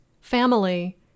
family